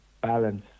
balance